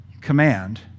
command